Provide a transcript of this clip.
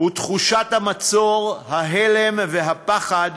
ותחושת המצור, ההלם והפחד